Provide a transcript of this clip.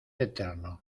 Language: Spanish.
eterno